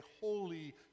holy